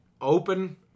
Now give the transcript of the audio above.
open